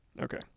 okay